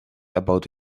about